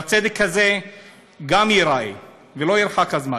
והצדק הזה גם ייראה, ולא ירחק הזמן.